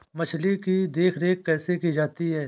मछली की देखरेख कैसे की जाती है?